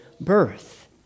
birth